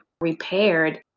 repaired